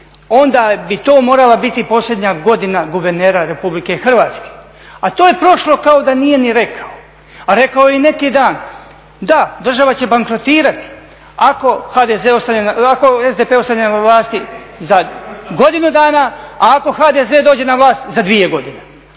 onda bi to morala biti posljednja godina guvernera RH. a to je prošlo kao da nije ni rekao. A rekao je i neki dan, da država će bankrotirati ako SDP ostane na vlasti za godinu dana, a ako HDZ dođe na vlast za dvije godine